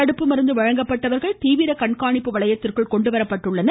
தடுப்பு மருந்து வழங்கப்பட்டவர்கள் தீவிர கண்காணிப்பு வளையத்திற்குள் கொண்டுவரப்பட்டுள்ளனர்